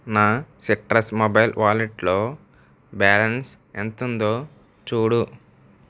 నా citrus mobile వాలేట్లో balance ఎంతుందో చూడు